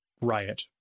riot